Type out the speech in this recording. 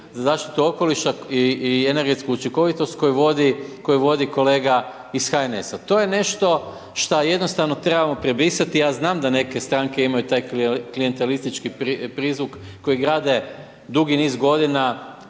zaštitu okoliša i energetsku učinkovitost koju vodi kolega iz HNS-a. To je nešto šta jednostavno trebamo prebrisati, ja znam da neke stranke imaju taj klijentelistički prizvuk kojeg grade dugi niz godina